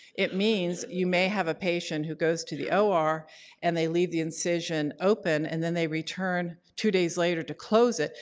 it means you may have a patient who goes to the or and they leave the incision open and then they return two days later to close it.